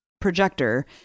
projector